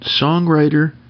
songwriter